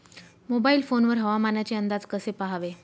Mobile phone वर हवामानाचे अंदाज कसे पहावे?